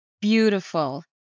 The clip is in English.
beautiful